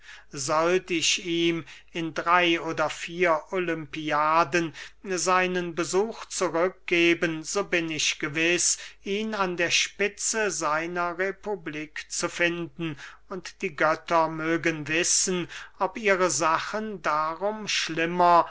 sollt ich ihm in drey oder vier olympiaden seinen besuch zurückgeben so bin ich gewiß ihn an der spitze seiner republik zu finden und die götter mögen wissen ob ihre sachen darum schlimmer